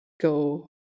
go